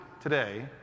today